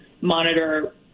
monitor